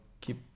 keep